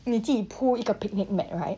你自己 pull 一个 picnic mat right